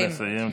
נא לסיים.